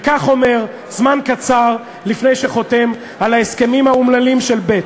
וכך אומר זמן קצר לפני שחותם על ההסכמים האומללים של ב',